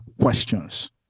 questions